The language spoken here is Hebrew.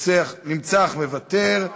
נמצא אך מוותר.